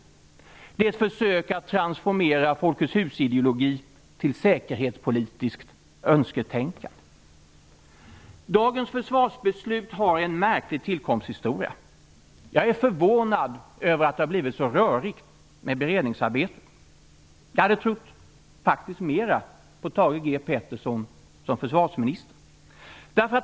Den är ett försök att transformera folketshusideologi till säkerhetspolitiskt önsketänkande. Dagens försvarsbeslut har en märklig tillkomsthistoria. Jag är förvånad över att det har blivit så rörigt med beredningsarbetet. Jag hade faktiskt trott mera på Thage G Peterson som försvarsminister.